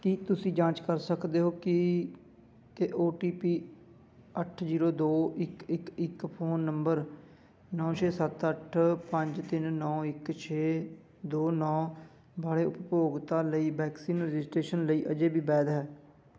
ਕੀ ਤੁਸੀਂ ਜਾਂਚ ਕਰ ਸਕਦੇ ਹੋ ਕੀ ਕਿ ਓ ਟੀ ਪੀ ਅੱਠ ਜੀਰੋ ਦੋ ਇੱਕ ਇੱਕ ਇੱਕ ਫ਼ੋਨ ਨੰਬਰ ਨੌਂ ਛੇ ਸੱਤ ਅੱਠ ਪੰਜ ਤਿੰਨ ਨੌਂ ਇੱਕ ਛੇ ਦੋ ਨੌਂ ਵਾਲੇ ਉਪਭੋਗਤਾ ਲਈ ਵੈਕਸੀਨ ਰਜਿਸਟ੍ਰੇਸ਼ਨ ਲਈ ਅਜੇ ਵੀ ਵੈਧ ਹੈ